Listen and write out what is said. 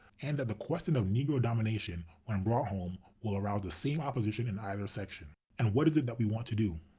and that the question of negro domination, when brought home, will arouse the same opposition in either section. and what is it that we want to do?